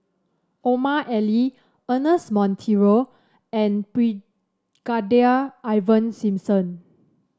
Omar Ali Ernest Monteiro and Brigadier Ivan Simson